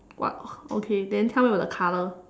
what okay then tell me about the colour